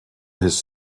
his